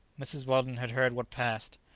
mrs. weldon had heard what passed.